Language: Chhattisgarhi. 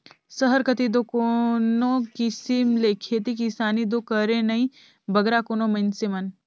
सहर कती दो कोनो किसिम ले खेती किसानी दो करें नई बगरा कोनो मइनसे मन